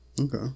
okay